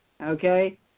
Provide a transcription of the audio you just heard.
okay